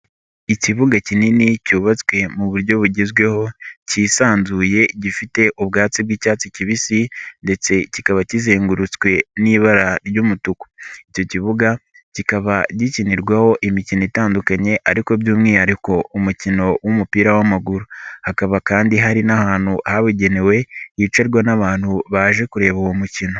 Ikibuga kinini cyubatswe mu buryo bugezweho kisanzuye gifite ubwatsi bw'icyatsi kibisi ndetse kikaba kizengurutswe n'ibara ry'umutuku, icyo kibuga kikaba gikinirwaho imikino itandukanye ariko by'umwihariko umukino w'umupira w'amaguru, hakaba kandi hari n'ahantu habugenewe hicarwa n'abantu baje kureba uwo mukino.